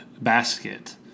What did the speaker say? basket